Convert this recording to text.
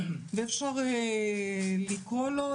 ואפשר לקרוא לו,